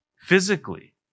Physically